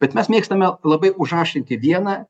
bet mes mėgstame labai užaštrinti vieną